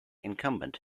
incumbent